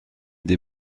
des